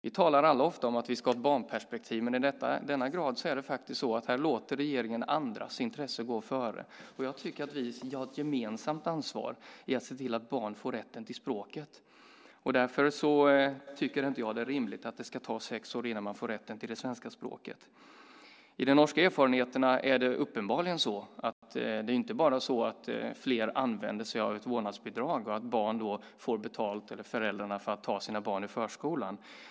Vi talar ofta om att vi ska ha barnperspektiv, men i denna fråga är det så att regeringen låter andras intressen gå före. Jag tycker att vi har ett gemensamt ansvar för att se till att barn får rätten till språket. Därför tycker jag inte att det är rimligt att det ska ta sex år innan de får rätten till det svenska språket. Enligt de norska erfarenheterna är det uppenbarligen så att det inte bara är fler som använder sig av ett vårdnadsbidrag och att föräldrarna får betalt för att ta sina barn från förskolan.